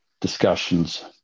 discussions